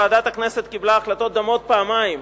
ועדת הכנסת קיבלה החלטות דומות פעמיים,